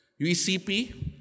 UECP